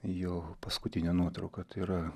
jo paskutinę nuotrauką tai yra